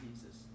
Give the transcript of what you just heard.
Jesus